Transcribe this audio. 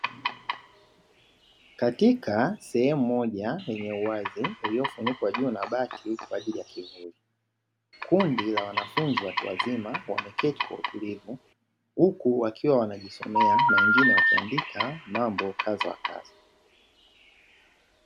Katika sehemu moja yenye uwazi, iliyofunikwa juu na bati kwa ajili ya kivuli. Kundi la wanafunzi watu wazima wameketi kwa umakini, huku wakiwa wanajisomea na wengine wakiandika mambo wa kadha kadha.